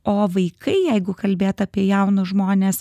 o vaikai jeigu kalbėt apie jaunus žmones